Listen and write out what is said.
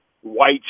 white